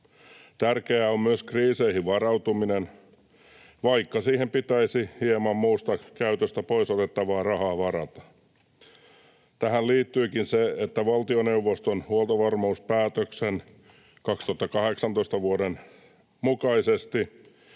Tärkeää on myös kriiseihin varautuminen, vaikka siihen pitäisi hieman muusta käytöstä pois otettavaa rahaa varata. Tähän liittyykin se, että ”valtioneuvoston vuoden 2018 huoltovarmuuspäätöksen mukaisesti